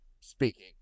speaking